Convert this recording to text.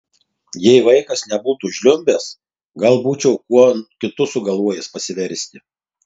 jei vaikas nebūtų žliumbęs gal būčiau kuo kitu sugalvojęs pasiversti